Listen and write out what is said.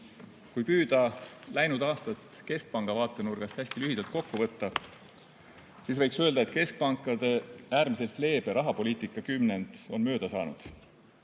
Kui püüda läinud aastat keskpanga vaatenurgast hästi lühidalt kokku võtta, siis võiks öelda, et keskpankade äärmiselt leebe rahapoliitika kümnend on mööda saanud.